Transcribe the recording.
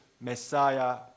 Messiah